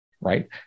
right